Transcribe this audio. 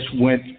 went